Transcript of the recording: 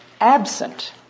absent